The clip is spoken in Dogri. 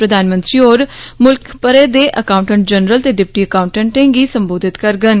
प्रधानमंत्री होर म्ल्ख भरै दे अकाऊटैंट जरनल ते डिप्टी अकाऊटैंटे गी सम्बोधित करड़न